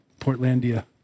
Portlandia